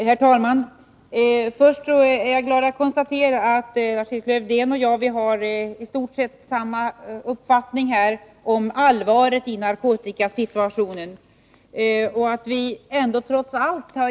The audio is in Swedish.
Herr talman! Först: Jag är glad att konstatera att Lars-Erik Lövdén och jag istort sett har samma uppfattning om allvaret i narkotikasituationen.